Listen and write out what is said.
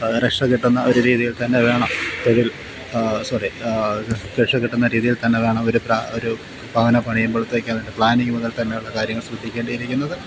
രക്ഷ കിട്ടുന്ന ഒരു രീതിയിൽത്തന്നെ വേണം ഇതിൽ സോറി രക്ഷ കിട്ടുന്ന ഒരു രീതിയിൽത്തന്നെ വേണം ഒരു ഒരു ഭവനം പണിയുമ്പോഴത്തേക്ക് അതിന് പ്ലാനിങ്ങ് മുതൽത്തന്നെയുള്ള കാര്യങ്ങൾ ശ്രദ്ധിക്കേണ്ടിയിരിക്കുന്നത്